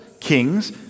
kings